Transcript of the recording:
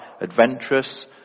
adventurous